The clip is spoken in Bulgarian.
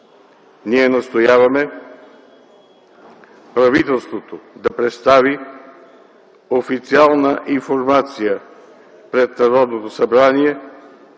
Ние настояваме правителството да представи официална информация пред Народното събрание